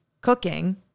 cooking